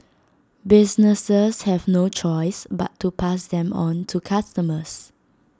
businesses have no choice but to pass them on to customers